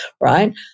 right